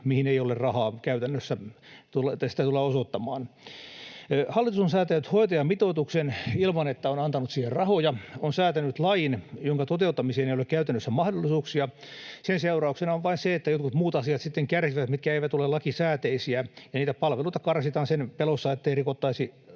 mihin ei käytännössä rahaa tulla osoittamaan. Hallitus on säätänyt hoitajamitoituksen ilman, että on antanut siihen rahoja, on säätänyt lain, jonka toteuttamiseen ei ole käytännössä mahdollisuuksia. Sen seurauksena on vain se, että sitten kärsivät jotkut muut asiat, mitkä eivät ole lakisääteisiä, ja niitä palveluita karsitaan sen pelossa, ettei rikottaisi